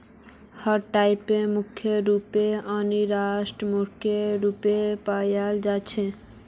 हर टाइपेर मुद्रा कोष अन्तर्राष्ट्रीय मुद्रा कोष पायाल जा छेक